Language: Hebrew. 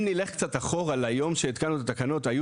אם נלך קצת אחורה ליום שהתקנו את התקנות היו